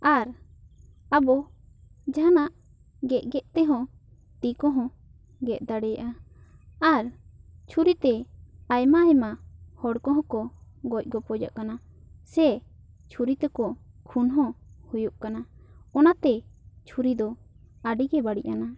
ᱟᱨ ᱟᱵᱚ ᱡᱷᱟᱱᱟᱜ ᱜᱮᱫ ᱜᱮᱫ ᱛᱮᱦᱚᱸ ᱛᱤ ᱠᱚᱦᱚᱸ ᱜᱮᱫ ᱫᱟᱲᱮᱭᱟᱜᱼᱟ ᱟᱨ ᱪᱷᱩᱨᱤ ᱛᱮ ᱟᱭᱢᱟ ᱟᱭᱢᱟ ᱦᱚᱲ ᱠᱚᱦᱚᱸ ᱠᱚ ᱜᱚᱡ ᱜᱚᱯᱚᱡᱚᱜ ᱠᱟᱱᱟ ᱥᱮ ᱪᱷᱩᱨᱤ ᱛᱮᱠᱚ ᱠᱷᱩᱱ ᱦᱚᱸ ᱦᱩᱭᱩᱜ ᱠᱟᱱᱟ ᱚᱱᱟᱛᱮ ᱪᱷᱩᱨᱤ ᱫᱚ ᱟᱹᱰᱤ ᱜᱮ ᱵᱟᱹᱲᱤᱡ ᱟᱱᱟ